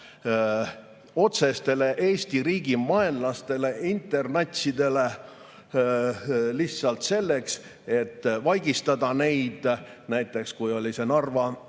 otsestele Eesti riigi vaenlastele, internatsidele lihtsalt selleks, et neid vaigistada. Näiteks kui oli Narva